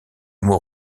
mot